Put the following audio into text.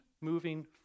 moving